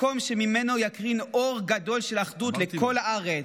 מקום שממנו יוקרן אור גדול של אחדות לכל הארץ,